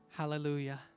hallelujah